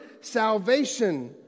salvation